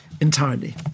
entirely